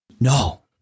No